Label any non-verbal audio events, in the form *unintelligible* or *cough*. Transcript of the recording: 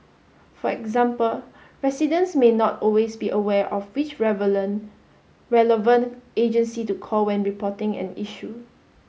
for example residents may not always be aware of which *unintelligible* relevant agency to call when reporting an issue